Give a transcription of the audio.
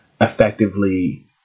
effectively